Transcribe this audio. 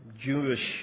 Jewish